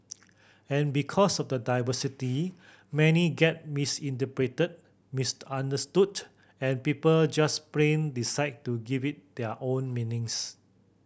and because of the diversity many get misinterpreted misunderstood and people just plain decide to give it their own meanings